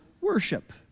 worship